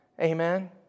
Amen